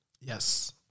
yes